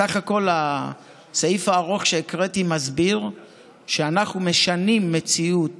בסך הכול הסעיף הארוך שהקראתי מסביר שאנחנו משנים מציאות